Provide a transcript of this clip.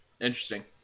interesting